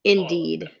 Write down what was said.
Indeed